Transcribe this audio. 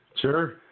Sure